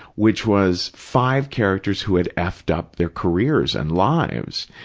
which was five characters who had f'd up their careers and lives.